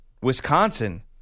Wisconsin